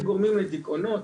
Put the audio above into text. שגורמים לדיכאונות.